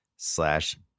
Slash